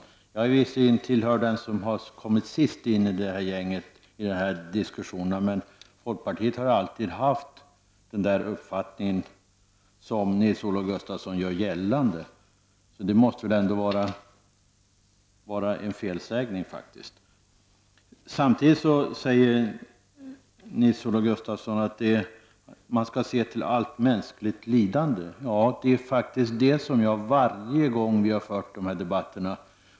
Jag tillhör visserligen dem som har kommit in sist i det här gänget och i den här diskussionen, men folkpartiet har alltid haft den uppfattning som Nils-Olof Gustafsson gör gällande. Nils-Olof Gustafsson sade att man skall se till allt mänskligt lidande. Ja, det har jag pekat på varje gång vi har fört dessa debatter.